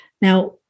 Now